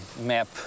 map